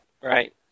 Right